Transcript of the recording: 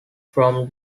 from